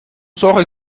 solche